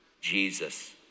Jesus